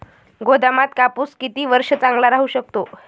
गोदामात कापूस किती वर्ष चांगला राहू शकतो?